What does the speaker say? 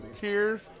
Cheers